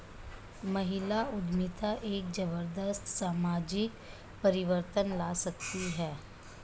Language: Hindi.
महिला उद्यमिता एक जबरदस्त सामाजिक परिवर्तन ला सकती है